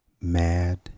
mad